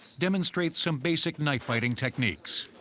demonstrates some basic knife fighting techniques.